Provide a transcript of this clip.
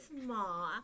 small